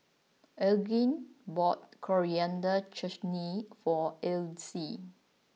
Elgin bought Coriander Chutney for Ellis